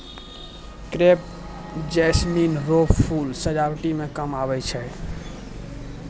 crepe jasmine रो फूल सजावटी मे भी काम हुवै छै